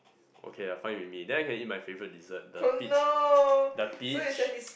okay fine with me then I can eat my favourite dessert the peach the peach